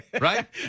right